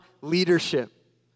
leadership